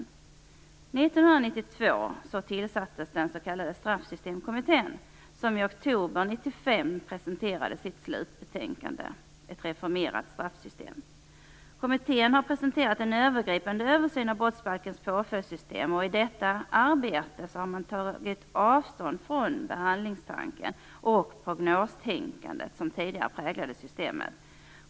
År 1992 tillsattes den s.k. Straffsystemkommittén som i oktober 1995 presenterade sitt slutbetänkande, Ett reformerat straffsystem. Kommittén har presenterat en övergripande översyn av brottsbalkens påföljdssystem. I detta arbete har man tagit avstånd från behandlingstanken och prognostänkandet som tidigare präglade systemet.